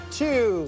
two